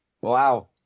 Wow